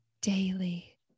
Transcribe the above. daily